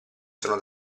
sono